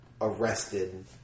arrested